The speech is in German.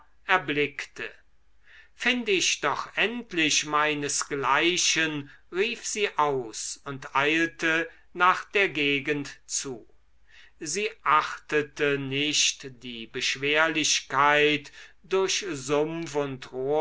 erblickte find ich doch endlich meinesgleichen rief sie aus und eilte nach der gegend zu sie achtete nicht die beschwerlichkeit durch sumpf und